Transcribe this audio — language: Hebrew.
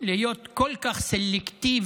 להיות כל כך סלקטיבי,